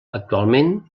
actualment